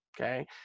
okay